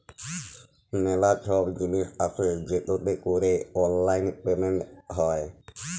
ম্যালা ছব জিলিস আসে যেটতে ক্যরে অললাইল পেমেলট হ্যয়